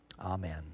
Amen